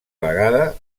vegada